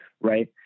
right